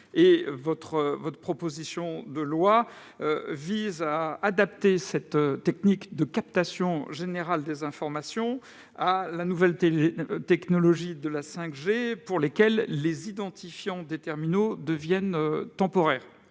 Le projet de loi vise à adapter cette technique de captation générale des informations à la nouvelle technologie de la 5G, dans laquelle les identifiants des terminaux deviennent temporaires.